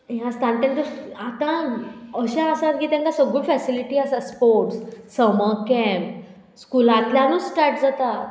हें आसता आनी तेंका आतां अशें आसा की तेंका सगळ्यो फेसिलिटी आसा स्पोर्ट्स समर कँप स्कुलांतल्यानूच स्टार्ट जाता